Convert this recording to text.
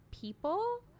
people